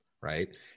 right